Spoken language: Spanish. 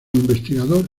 investigador